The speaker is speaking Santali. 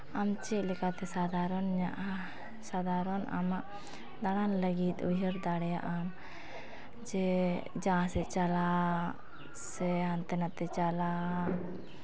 ᱟᱢ ᱪᱮᱫ ᱞᱮᱠᱟᱛᱮ ᱥᱟᱫᱷᱟᱨᱚᱱ ᱟᱢᱟᱜ ᱫᱟᱬᱟ ᱞᱟᱹᱜᱤᱫ ᱩᱭᱦᱟᱹᱨ ᱫᱟᱲᱮᱭᱟᱜ ᱟᱢ ᱡᱮ ᱡᱟᱦᱟᱸ ᱥᱮᱫ ᱪᱟᱞᱟᱣ ᱥᱮ ᱦᱟᱱᱛᱮ ᱱᱷᱟᱛᱮ ᱪᱟᱞᱟᱣ